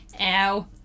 Ow